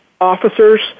officers